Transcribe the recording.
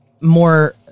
more